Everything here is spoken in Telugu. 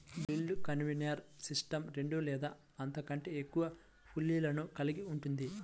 బెల్ట్ కన్వేయర్ సిస్టమ్ రెండు లేదా అంతకంటే ఎక్కువ పుల్లీలను కలిగి ఉంటుంది